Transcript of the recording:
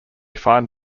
find